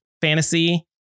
fantasy